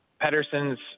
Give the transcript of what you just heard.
Pedersen's